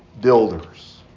builders